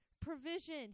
Provision